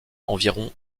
environ